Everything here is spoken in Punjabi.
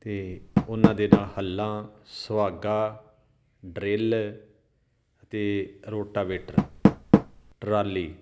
ਅਤੇ ਉਹਨਾਂ ਦੇ ਨਾਲ ਹਲਾਂ ਸੁਹਾਗਾ ਡਰਿੱਲ ਅਤੇ ਰੋਟਾਵੇਟਰ ਟਰਾਲੀ